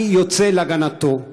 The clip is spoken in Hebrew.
אני יוצא להגנתו,